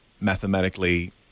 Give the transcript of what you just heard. mathematically